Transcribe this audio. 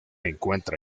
encuentra